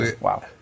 Wow